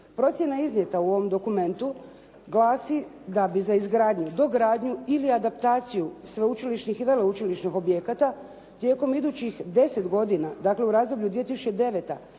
Procjena iznijeta u ovom dokumentu glasi, da bi za izgradnju, dogradnju ili adaptaciju sveučilišnih i veleučilišnih objekata tijekom idućih 10 godina, dakle u razdoblju